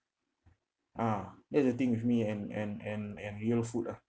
ah that's the thing with me and and and and real food lah